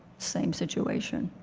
same situation.